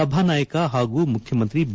ಸಭಾ ನಾಯಕ ಹಾಗೂ ಮುಖ್ಯಮಂತ್ರಿ ಬಿ